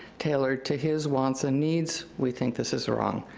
tailored to his wants and needs. we think this is wrong.